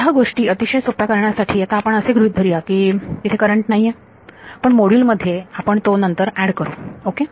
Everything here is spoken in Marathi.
ह्या गोष्टी अतिशय सोप्या करण्यासाठी आता आपण असे गृहीत धरूया की तिथे करंट नाहीये परंतु मॉड्यूल मध्ये आपण तो नंतर ऍड करू ओके